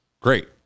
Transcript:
great